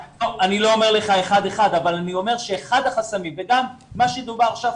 אני לא אומר לך אחד-אחד אבל אני אומר שאחד החסמים וגם מה שדובר עכשיו,